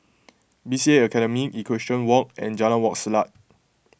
B C A Academy Equestrian Walk and Jalan Wak Selat